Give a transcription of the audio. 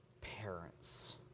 Parents